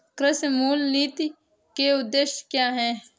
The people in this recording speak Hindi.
कृषि मूल्य नीति के उद्देश्य क्या है?